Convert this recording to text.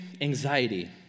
anxiety